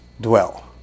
dwell